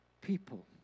people